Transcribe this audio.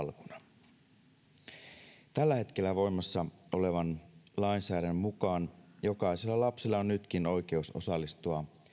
sen alkuna tällä hetkellä voimassa olevan lainsäädännön mukaan jokaisella lapsella on nytkin oikeus osallistua